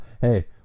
hey